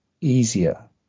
easier